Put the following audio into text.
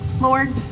Lord